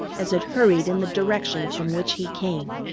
as it hurried in the direction from which he came.